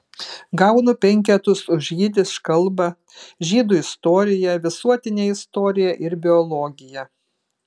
gaunu penketus už jidiš kalbą žydų istoriją visuotinę istoriją ir biologiją